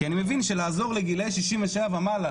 כי אני מבין שלעזור לגילי 67 ומעלה,